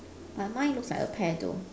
but mine looks like a pear though